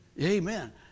Amen